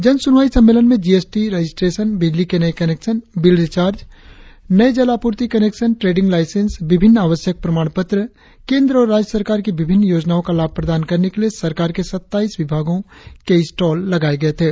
जन सुनवाई सम्मेलन में जीएसटी रेजिस्ट्रेशन बिजली के नए कनेक्शन बिल रिचार्ज नए जल आपूर्ति कनेक्शन ट्रेडिंग लांईसेंस विभिन्न आवश्यक प्रमाणपत्र केंद्र और राज्य सरकार की विभिन्न योजनाओं का लाभ प्रदान करने के लिए सरकार के सत्ताईस विभागों के स्टॉल लगाए गए थे